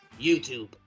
YouTube